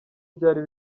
byari